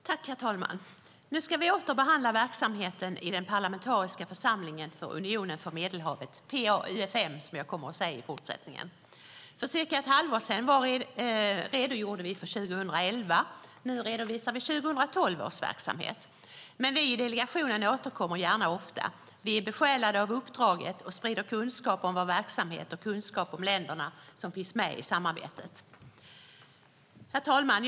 Herr talman! Nu ska vi åter behandla verksamheten i den parlamentariska församlingen för Unionen för Medelhavet, PA-UfM. För cirka ett halvår sedan redogjorde vi för 2011. Nu redovisar vi 2012 års verksamhet. Vi i delegationen återkommer gärna ofta. Vi är besjälade av uppdraget och sprider kunskap om vår verksamhet och kunskap om länderna som finns med i samarbetet. Herr talman!